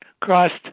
crossed